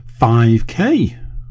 5k